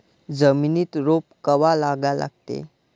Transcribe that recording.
जमिनीत रोप कवा लागा लागते?